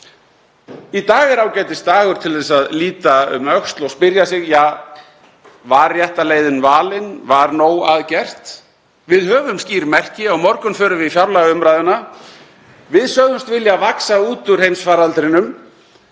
Í dag er ágætisdagur til að líta um öxl og spyrja sig: Var rétta leiðin valin? Var nóg að gert? Við höfum skýr merki. Á morgun förum við í fjárlagaumræðuna. Við sögðumst vilja vaxa út úr heimsfaraldrinum